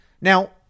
Now